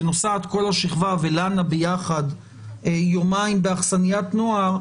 נוסעת כל השכבה ולנה ביחד יומיים באכסניית נוער,